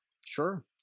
sure